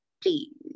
please